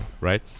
right